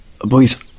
Boys